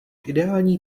ideální